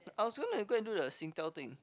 I was gonna go and do the Singtel thing